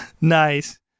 nice